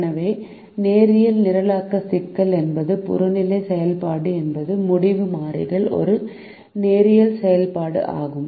எனவே நேரியல் நிரலாக்க சிக்கல் என்பது புறநிலை செயல்பாடு என்பது முடிவு மாறிகள் ஒரு நேரியல் செயல்பாடு ஆகும்